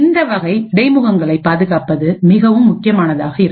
இந்த வகை இடைமுகங்களைப் பாதுகாப்பது மிகவும் முக்கியமானதாக இருக்கும்